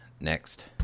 next